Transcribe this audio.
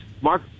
Mark